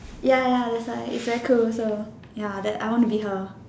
ya ya that's why it's very cool so ya that I wanna be her